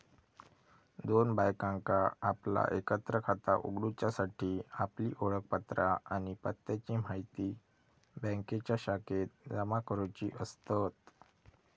दोन बायकांका आपला एकत्र खाता उघडूच्यासाठी आपली ओळखपत्रा आणि पत्त्याची म्हायती बँकेच्या शाखेत जमा करुची असतत